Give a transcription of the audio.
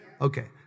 Okay